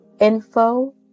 info